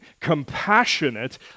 compassionate